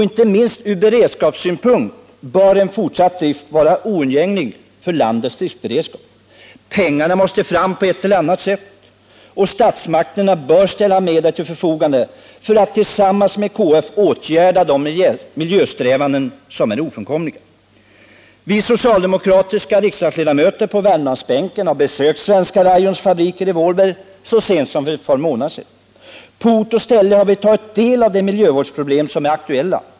Inte minst från beredskapssynpunkt bör en fortsatt drift vara oundgänglig för landets driftberedskap. Pengarna måste fram på ett eller annat sätt. Statsmakterna bör ställa medel till förfogande för att tillsammans med KF genomföra de miljösträvanden som är ofrånkomliga. Vi socialdemokratiska riksdagsledamöter på Värmlandsbänken har besökt Svenska Rayons fabriker i Vålberg så sent som för ett par månader sedan. På ort och ställe har vi tagit del av de miljövårdsproblem som är aktuella.